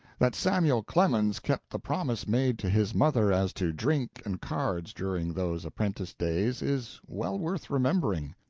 that samuel clemens kept the promise made to his mother as to drink and cards during those apprentice days is well worth remembering.